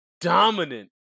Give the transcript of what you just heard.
dominant